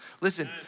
Listen